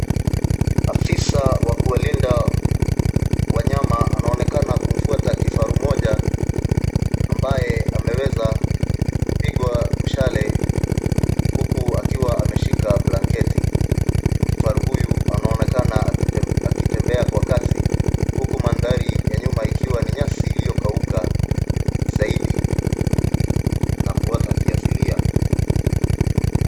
Afisa wa kuwalinda wanyama anaonkekana kumfuata kifaru mmoja ambaye ameweza kupigwa mshale huku akiwa ameshika blanketi. Kifaru huyu anaonekana akitembea kwa kasi huku mandhari ya nyuma ikiwa ni nyasi iliyokauka zaidi na kuota kiasilia.